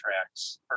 tracks